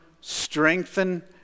strengthen